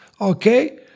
Okay